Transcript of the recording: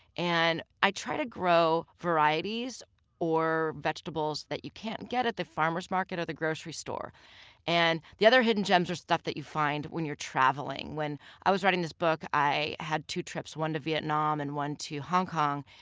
and i try to grow varieties of vegetables that you can't get at the farmer's market or the grocery store and the other hidden gems are stuff that you find when you're traveling. when i was writing this book, i had two trips one to vietnam and one to hong kong.